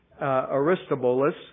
Aristobulus